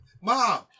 Mom